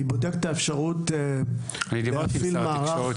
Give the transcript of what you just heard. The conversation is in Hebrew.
היא בודקת את האפשרות להפעיל מערך אני דיברתי עם שר התקשורת,